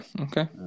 okay